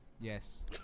Yes